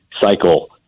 cycle